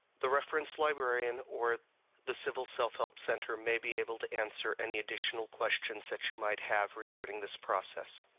the reference librarian or the civil self-help center may be able to answer any additional questions that you might have regarding this process.